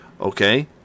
okay